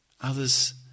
others